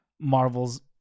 Marvel's